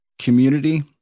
community